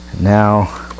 Now